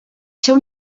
seu